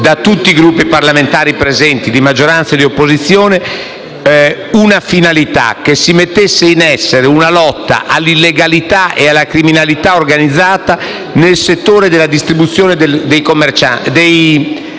da tutti i Gruppi parlamentari presenti, di maggioranza e di opposizione - ovvero che si mettesse in essere una lotta all'illegalità e alla criminalità organizzata nel settore della distribuzione dei carburanti,